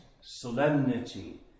solemnity